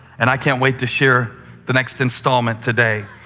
and i can't wait to share the next installment today.